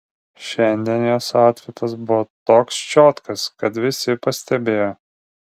šiandien jos autfitas buvo toks čiotkas kad visi pastebėjo